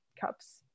cups